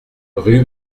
rue